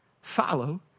follow